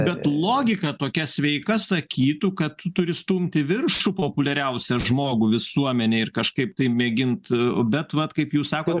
bet logika tokia sveika sakytų kad turi stumti į viršų populiariausią žmogų visuomenėj ir kažkaip tai mėgint bet vat kaip jūs sakot